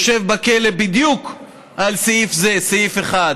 יושב בכלא בדיוק על סעיף זה, סעיף (1).